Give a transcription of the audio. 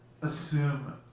assume